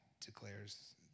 declares